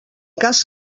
cas